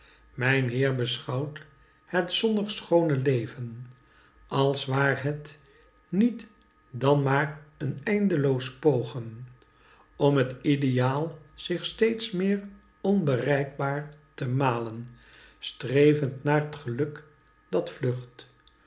mijn heer beschouwt het zonnig schoone leven als waar het niet dan maar een eindloos pogen om t ideaal zich steeds meer onbereikbaar te malen strevend naar t geluk dat vlucht